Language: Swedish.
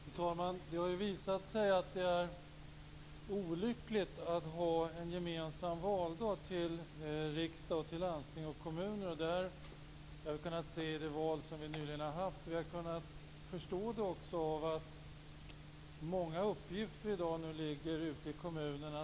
Fru talman! Det har visat sig att det är olyckligt att ha en gemensam valdag för val till riksdag, landsting och kommuner. Det har vi kunnat se i det val som vi nyligen har haft. Vi har också kunnat förstå det av att många uppgifter i dag ligger ute i kommunerna.